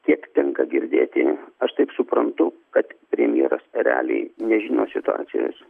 kiek tenka girdėti aš taip suprantu kad premjeras realiai nežino situacijos